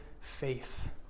faith